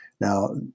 Now